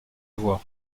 voir